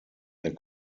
der